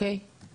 תודה אפרת.